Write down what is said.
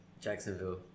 Jacksonville